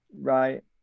Right